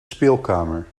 speelkamer